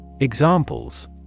Examples